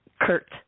Kurt